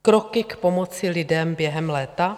Kroky k pomoci lidem během léta?